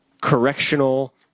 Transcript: correctional